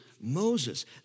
Moses